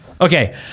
Okay